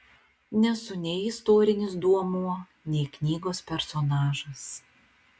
nesu nei istorinis duomuo nei knygos personažas